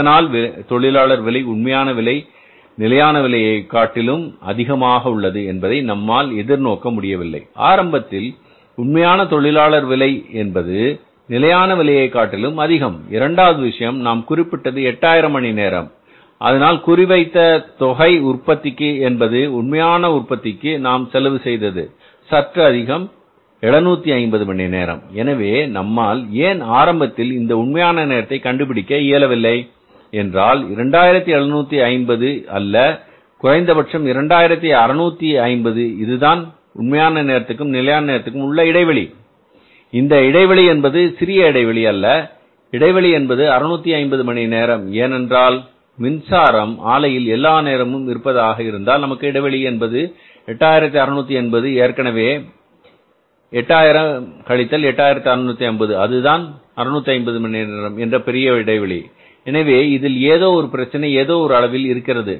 எதனால் தொழிலாளர் விலை உண்மையான விலை நிலையான விலையை காட்டிலும் அதிகமாக உள்ளது என்பதை நம்மால் எதிர்நோக்க முடியவில்லை ஆரம்பத்தில் உண்மையான தொழிலாளர் விலை என்பது நிலையான விலையைக் காட்டிலும் அதிகம் இரண்டாவது விஷயம் நாம் மதிப்பிட்டது 8000 மணி நேரம் அதனால் குறிவைத்த தொகை உற்பத்திக்கு என்பது உண்மையான உற்பத்திக்கு நாம் செலவு செய்தது சற்று அதிகம் 750 மணி நேரம் எனவே நம்மால் ஏன் ஆரம்பத்தில் இந்த உண்மையான நேரத்தை கண்டுபிடிக்க இயலவில்லை என்றால் 2750 அல்ல குறைந்தபட்சம் 2650 இதுதான் உண்மையான நேரத்திற்கும் நிலையான நேரத்திற்கும் உள்ள இடைவெளி இந்த இடைவெளி என்பது சிறிய இடைவெளி அல்ல இடைவெளி என்பது 650 மணி நேரம் ஏனென்றால் மின்சாரம் ஆலையில் எல்லா நேரமும் இருப்பதாக இருந்தால் நமக்கு இடைவெளி என்பது 8650 எனவே 8000 கழித்தல் 8650 அதுதான் 650 மணிநேரம் என்ற பெரிய இடைவெளி எனவே இதில் ஏதோ ஒரு பிரச்சனை ஏதோ ஒரு அளவில் இருக்கிறது